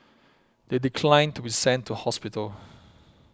they declined to be sent to hospital